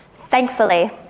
Thankfully